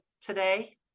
today